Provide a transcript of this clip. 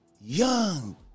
young